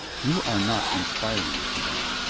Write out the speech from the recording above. you are not inspiring, madame,